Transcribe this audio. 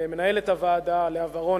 למנהלת הוועדה לאה ורון,